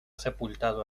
sepultado